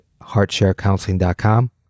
heartsharecounseling.com